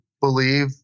believe